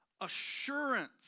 Assurance